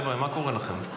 חבר'ה, מה קורה לכם?